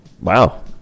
Wow